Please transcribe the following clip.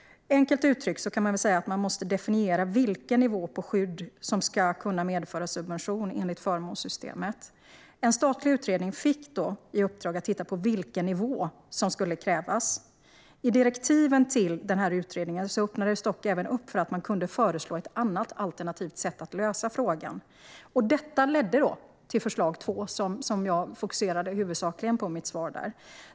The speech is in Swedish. Enkelt uttryckt måste man definiera vilken nivå på skydd som ska kunna medföra subvention enligt förmånssystemet. En statlig utredning fick därför i uppdrag att titta på vilken nivå som skulle krävas. I direktiven till utredningen öppnades dock även upp för att man kunde föreslå ett alternativt sätt att lösa problemet. Detta ledde till förslag två, som jag huvudsakligen fokuserade på i mitt svar.